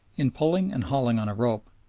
in pulling and hauling on a rope,